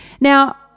Now